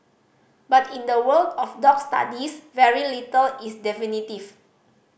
but in the world of dog studies very little is definitive